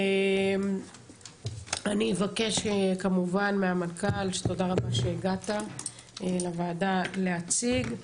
אדוני המנכ"ל, תודה רבה שהגעת לוועדה להציג,